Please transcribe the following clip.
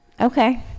okay